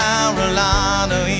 Carolina